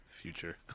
future